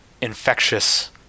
infectious